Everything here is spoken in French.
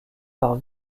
par